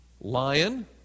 Lion